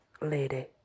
Lady